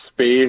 space